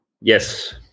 Yes